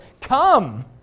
come